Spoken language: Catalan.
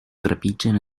trepitgen